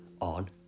on